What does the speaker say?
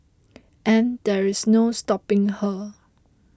and there is no stopping her